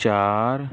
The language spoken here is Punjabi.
ਚਾਰ